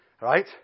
Right